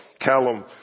Callum